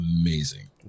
amazing